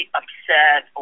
upset